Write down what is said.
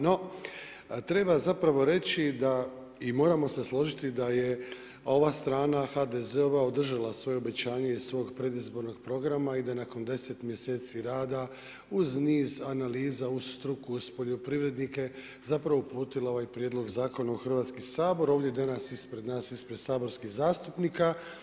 No, treba zapravo reći da i moramo se složiti da je ova strana HDZ-ova održala svoje obećanje iz svog predizbornog programa i da nakon 10 mjeseci rada uz niz analiza, uz struku, uz poljoprivrednike zapravo uputila ovaj prijedlog zakona u Hrvatski sabor, ovdje danas ispred nas, ispred saborskih zastupnika.